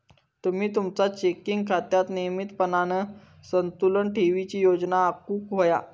तुम्ही तुमचा चेकिंग खात्यात नियमितपणान संतुलन ठेवूची योजना आखुक व्हया